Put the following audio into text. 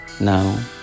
now